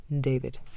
David